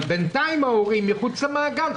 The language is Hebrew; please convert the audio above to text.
אבל בינתיים ההורים מחוץ למעגל.